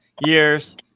years